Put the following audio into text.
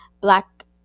black